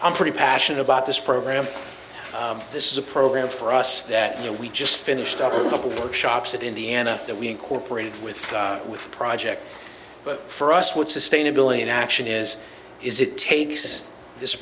i'm pretty passionate about this program this is a program for us that you know we just finished up the bookshops in indiana that we incorporated with which project but for us what sustainability in action is is it takes this